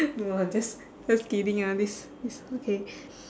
no lah just just kidding ah this this okay